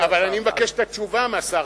אבל אני מבקש את התשובה מהשר.